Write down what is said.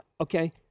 Okay